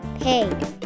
paid